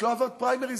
את לא עברת פריימריז,